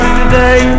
today